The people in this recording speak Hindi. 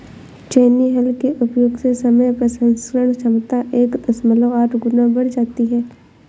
छेनी हल के उपयोग से समय प्रसंस्करण क्षमता एक दशमलव आठ गुना बढ़ जाती है